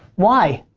why?